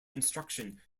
instruction